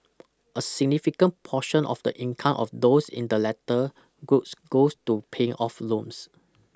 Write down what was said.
a significant portion of the income of those in the latter groups goes to paying off loans